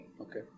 Okay